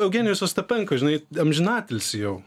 eugenijus ostapenko žinai amžinatilsį jau